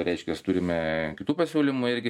reiškias turime kitų pasiūlymų irgi